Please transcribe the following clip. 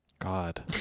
God